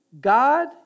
God